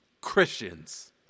Christians